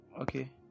okay